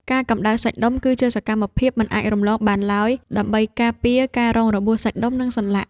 ការកម្តៅសាច់ដុំ គឺជាសកម្មភាពមិនអាចរំលងបានឡើយ ដើម្បីការពារការរងរបួសសាច់ដុំ និងសន្លាក់។